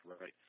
right